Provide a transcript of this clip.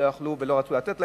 לא יכלו ולא רצו לתת להם,